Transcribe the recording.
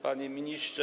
Panie Ministrze!